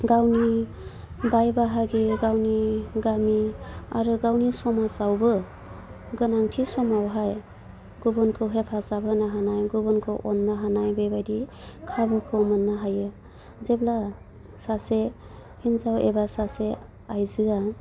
गावनि बाय बाहागि गावनि गामि आरो गावनि समाजावबो गोनांथि समावहाय गुबुनखौ हेफाजाब होनो हानाय गुबुनखौ अननो हानाय बेबायदि खाबुखौ मोननो हायो जेब्ला सासे हिन्जाव एबा सासे आयजोआ